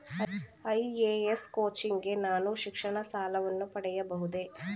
IAS coaching ಗೆ ನಾನು ಶಿಕ್ಷಣ ಸಾಲವನ್ನು ಪಡೆಯಬಹುದೇ?